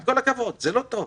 עם כל הכבוד, זה לא טוב.